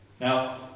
Now